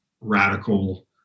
radical